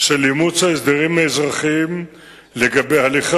של אימוץ ההסדרים האזרחיים לגבי הליכי